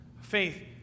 Faith